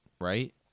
right